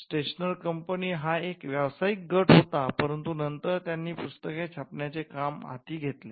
stationers company हा एक व्यवसायिक गट होता परंतु नंतर त्यांनी पुस्तके छापण्याचे काम हाती घेतले